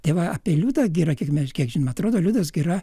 tai va apie liudą girą kiek mes kiek žinom atrodo liudas gira